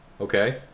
Okay